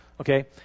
okay